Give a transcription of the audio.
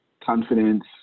confidence